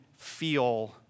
feel